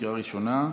לקריאה ראשונה.